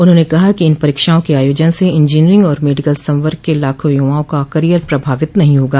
उन्होंने कहा कि इन परीक्षाओं के आयोजन से इंजीनियरिंग और मेडिकल संवर्ग के लाखों युवाओं का करियर प्रभावित नहीं होगा